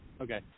Okay